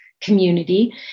community